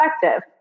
perspective